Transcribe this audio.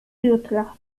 jutra